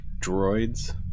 droids